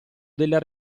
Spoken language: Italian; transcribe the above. della